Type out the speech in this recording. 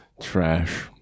trash